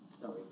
Sorry